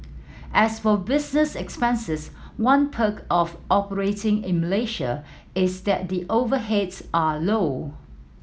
as for business expenses one perk of operating in Malaysia is that the overheads are low